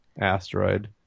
asteroid